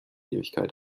ewigkeit